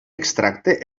extracte